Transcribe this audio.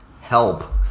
help